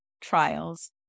trials